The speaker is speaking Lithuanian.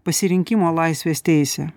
pasirinkimo laisvės teisę